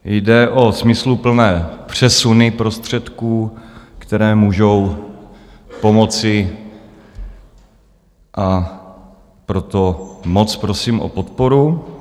Jde o smysluplné přesuny prostředků, které můžou pomoci, a proto moc prosím o podporu.